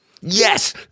Yes